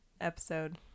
episode